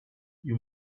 you